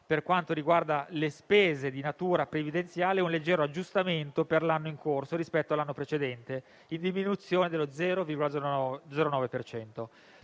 per quanto riguarda le spese di natura previdenziale, un leggero aggiustamento per l'anno in corso rispetto all'anno precedente (in diminuzione per lo 0,09